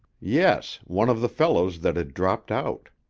yes. one of the fellows that had dropped out.